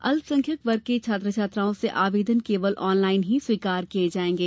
अल्पसंख्यक वर्ग के छात्र छात्राओं से आवेदन केवल ऑनलाईन ही स्वीकार किए जाएँगे